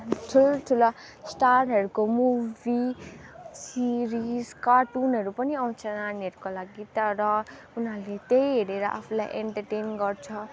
ठुल्ठुला स्टारहरूको movie series कार्टुनहरू पनि आउँछ नानीहरूको लागि त्यहाँबाट उनीहरूले त्यही हेरेर आफूलाई एन्टरटेन गर्छ